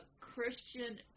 Christian